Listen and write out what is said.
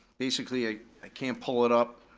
basically i can't pull it up.